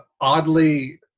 oddly